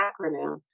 acronym